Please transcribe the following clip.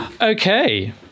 Okay